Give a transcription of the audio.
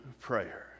prayer